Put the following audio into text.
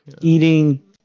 Eating